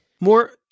more